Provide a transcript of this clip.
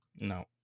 no